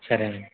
సరే అండి